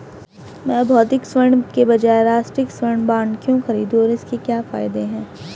मैं भौतिक स्वर्ण के बजाय राष्ट्रिक स्वर्ण बॉन्ड क्यों खरीदूं और इसके क्या फायदे हैं?